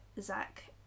Zach